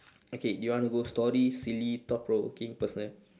okay you want go story silly thought provoking personal